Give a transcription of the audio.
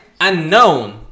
unknown